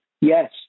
Yes